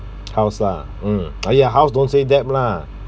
house lah mm !aiya! house don't say debt lah